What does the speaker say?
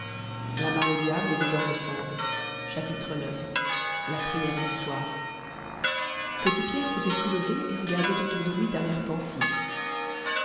ix la priere du soir petit pierre s'était soulevé et regardait autour de lui d'un air pensif